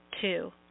Two